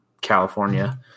California